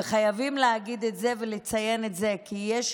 וחייבים להגיד את זה ולציין את זה, כי יש